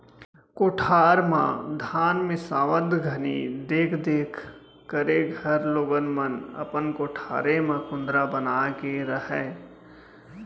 कोठार म धान मिंसावत घनी देख देख करे घर लोगन मन अपन कोठारे म कुंदरा बना के रहयँ